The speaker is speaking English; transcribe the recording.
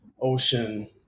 ocean